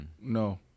No